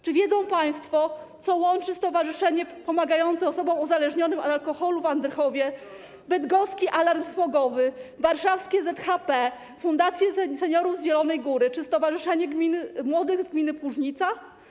Czy wiedzą państwo, co łączy stowarzyszenie pomagające osobom uzależnionym od alkoholu w Andrychowie, Bydgoski Alarm Smogowy, warszawskie ZHP, fundację seniorów z Zielonej Góry czy Stowarzyszenie Młodych Gminy Płużnica?